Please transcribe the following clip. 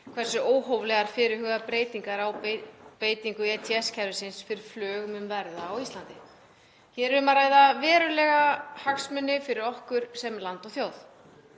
hversu óhóflegar fyrirhugaðar breytingar eru á beitingu ETS-kerfisins fyrir flug um verð á Íslandi. Hér er um að ræða verulega hagsmuni fyrir okkur sem land og þjóð.